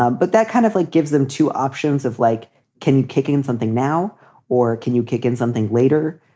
ah but that kind of like gives them two options of like can kicking something now or can you kick in something later?